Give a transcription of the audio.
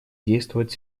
действовать